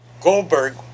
Goldberg